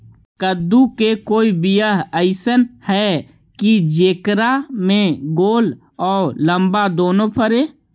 कददु के कोइ बियाह अइसन है कि जेकरा में गोल औ लमबा दोनो फरे?